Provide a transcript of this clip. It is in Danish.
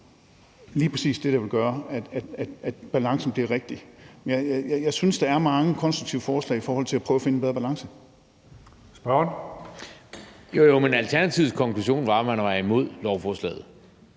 lige præcis det, der vil gøre, at balancen bliver rigtig, men jeg synes, der er mange konstruktive forslag i forhold til at prøve at finde en bedre balance.